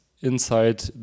inside